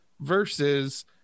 versus